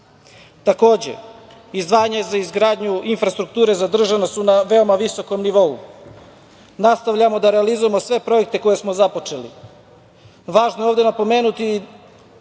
Takođe, izdvajanja za izgradnju infrastrukture zadržana su na veoma visokom nivou. Nastavljamo da realizujemo sve projekte koje smo započeli. Važno je napomenuti